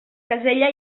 casella